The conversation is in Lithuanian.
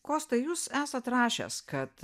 kostai jūs esat rašęs kad